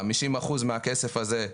חמישים אחוז מהכסף הזה,